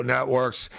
Networks